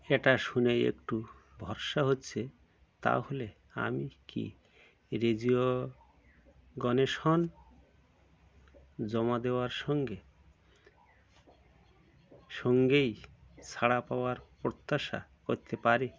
এটা শুনে একটু ভরসা হচ্ছে তাহলে আমি কি রেজিগনেশন জমা দেওয়ার সঙ্গে সঙ্গেই সাড়া পাওয়ার প্রত্যাশা করতে পারি